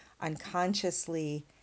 unconsciously